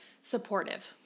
supportive